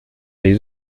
les